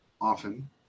Often